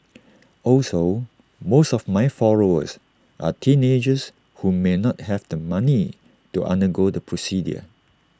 also most of my followers are teenagers who may not have the money to undergo the procedure